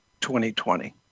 2020